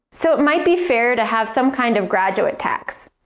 so it might be fairer to have some kind of graduate tax,